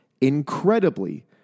Incredibly